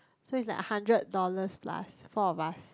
so it's like hundred dollars plus four of us